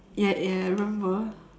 ya ya I remember